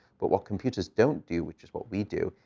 but what computers don't do, which is what we do,